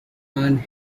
earned